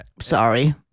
Sorry